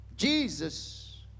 Jesus